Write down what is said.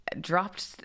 dropped